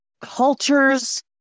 cultures